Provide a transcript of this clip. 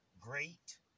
great